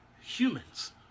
humans